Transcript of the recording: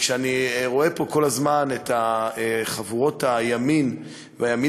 וכשאני רואה פה כל הזמן את חבורות הימין והימין